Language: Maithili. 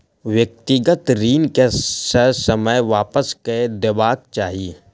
व्यक्तिगत ऋण के ससमय वापस कअ देबाक चाही